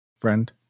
friend